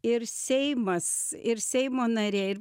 ir seimas ir seimo narė ir